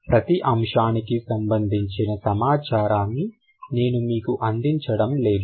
ప్రతి అంశానికి సంబంధించిన సమాచారాన్ని నేను మీకు అందించడం లేదు